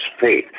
faith